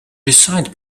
recite